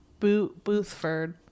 Boothford